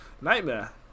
nightmare